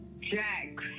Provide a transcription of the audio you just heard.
Jack